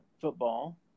football